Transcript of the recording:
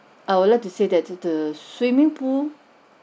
I would like to say that th~ the swimming pool